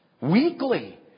Weekly